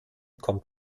kommt